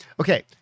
Okay